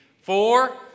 four